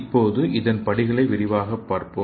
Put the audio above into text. இப்போது இதன் படிகளை விரிவாகப் பார்ப்போம்